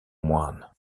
moyne